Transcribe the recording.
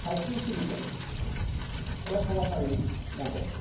सावस्रि सिबिथाय एबा समाजारि मदद